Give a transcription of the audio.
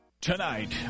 Tonight